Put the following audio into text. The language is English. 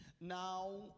Now